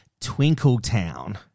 Twinkletown